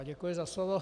Děkuji za slovo.